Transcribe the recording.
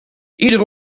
iedere